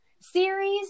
series